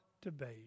debate